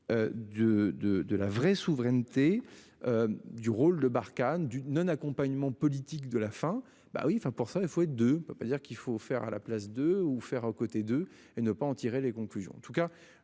de la vraie souveraineté. Du rôle de Barkhane. D'une, un accompagnement politique de la fin. Ben oui enfin pour ça il faut être deux. On peut pas dire qu'il faut faire à la place de ou faire à côté de et ne pas en tirer les conclusions en tout cas